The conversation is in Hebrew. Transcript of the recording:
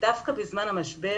דווקא בזמן המשבר.